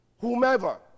whomever